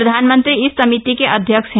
प्रधानमंत्री इस समिति के अध्यक्ष हैं